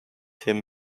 him